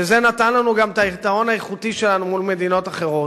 שזה נתן לנו גם את היתרון האיכותי שלנו מול מדינות אחרות,